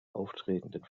auftretenden